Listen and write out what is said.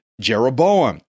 Jeroboam